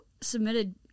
submitted